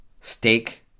steak